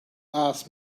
asked